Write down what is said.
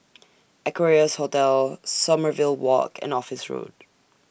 Equarius Hotel Sommerville Walk and Office Road